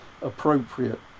appropriate